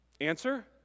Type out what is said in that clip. Answer